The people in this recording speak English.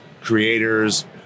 creators